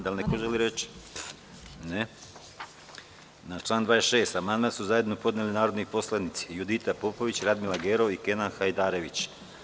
Da li neko želi reč? (Ne.) Na član 26. amandman su zajedno podneli narodni poslanici Judita Popović, Radmila Gerov i Kenan Hajdarević.